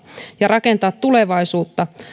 ja rakentaa tulevaisuutta